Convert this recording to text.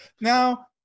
now